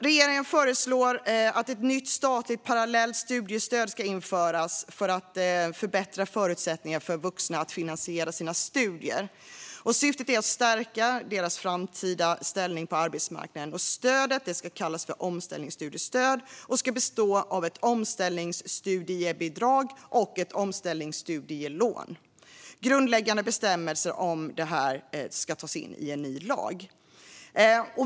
Regeringen föreslår att ett nytt statligt parallellt studiestöd ska införas för att förbättra förutsättningarna för vuxna att finansiera sina studier. Syftet är att stärka deras framtida ställning på arbetsmarknaden. Stödet ska kallas för omställningsstudiestöd och bestå av ett omställningsstudiebidrag och ett omställningsstudielån. Grundläggande bestämmelser om detta ska tas in i en ny lag.